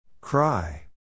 Cry